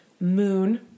moon